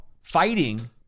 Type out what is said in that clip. fighting